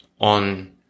on